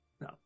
No